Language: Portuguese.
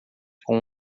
com